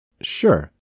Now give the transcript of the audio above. Sure